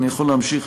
אני יכול להמשיך,